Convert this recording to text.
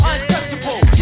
Untouchable